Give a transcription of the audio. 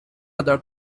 other